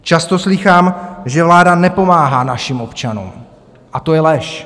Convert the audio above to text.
Často slýchám, že vláda nepomáhá našim občanům, a to je lež.